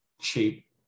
cheap